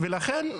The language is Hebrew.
לכן,